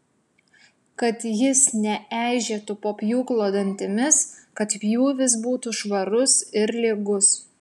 kad jis neeižėtų po pjūklo dantimis kad pjūvis būtų švarus ir lygus